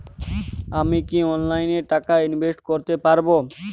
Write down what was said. আমি কি অনলাইনে টাকা ইনভেস্ট করতে পারবো?